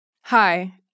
Hi